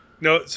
No